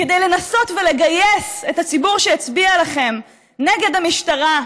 כדי לנסות לגייס את הציבור שהצביע לכם נגד המשטרה,